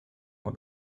und